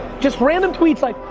just random tweets like,